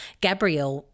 Gabrielle